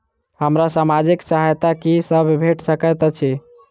हमरा सामाजिक सहायता की सब भेट सकैत अछि?